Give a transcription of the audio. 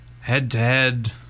head-to-head